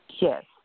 Yes